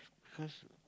cause